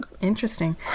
Interesting